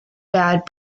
bad